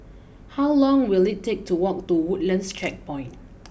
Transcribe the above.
how long will it take to walk to Woodlands Checkpoint